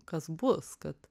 kas bus kad